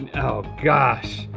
oh gosh.